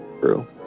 True